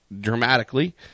dramatically